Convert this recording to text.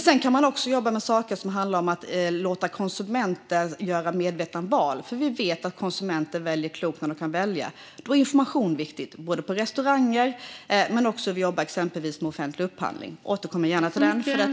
Sedan kan man också jobba med saker som handlar om att låta konsumenter göra medvetna val. Vi vet att konsumenter väljer klokt när de kan välja. Då är information viktigt, till exempel på restauranger. Vi jobbar också exempelvis med offentlig upphandling. Jag återkommer gärna till det i nästa inlägg.